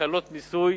הקלות מיסוי,